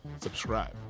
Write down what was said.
subscribe